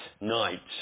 night